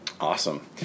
Awesome